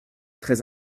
très